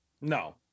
no